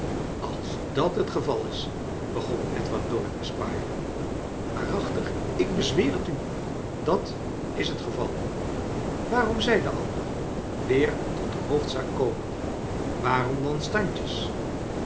als dat het geval is begon edward dorrit esquire waarachtig ik bezweer het u dat is het geval waarom zei de ander weer tot de hoofdzaak komende waarom dan standjes